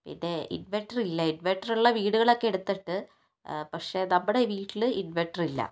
പിന്നെ ഇൻവർട്ടറ് ഇല്ല ഇൻവർട്ടറുള്ള വീടുകളൊക്കെ എടുത്തിട്ട് പക്ഷെ നമ്മുടെ വീട്ടില് ഇൻവർട്ടർ ഇല്ല